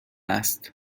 است